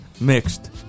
mixed